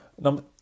Number